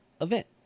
event